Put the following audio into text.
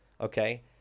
okay